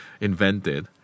invented